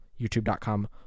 youtube.com